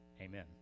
Amen